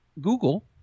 Google